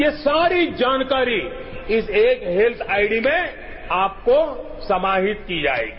ये सारी जानकारी इस एक हेल्थ आइडी में आपको समाहित की जाएगी